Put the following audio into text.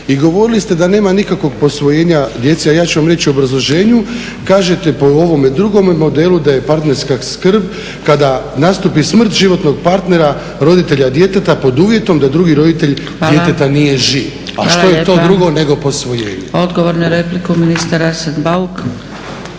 I govorili ste da nema nikakvog posvojenja djece, a ja ću vam reći u obrazloženju, kažete po ovome drugome modelu da je partnerstva skrb kada nastupi smrt životnog partnera roditelja djeteta, pod uvjetom da drugi roditelj nije živ. A što je to drugo nego posvojenje?